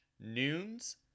noons